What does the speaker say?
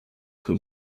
whom